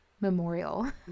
Memorial